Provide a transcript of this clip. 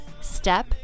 step